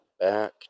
back